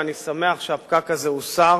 ואני שמח שהפקק הזה הוסר.